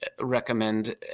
recommend